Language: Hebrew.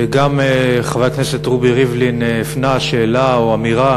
גם חבר הכנסת רובי ריבלין הפנה שאלה או אמירה